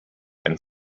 and